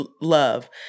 love